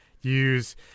use